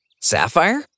Sapphire